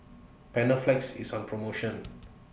Panaflex IS on promotion